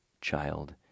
child